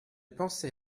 pensée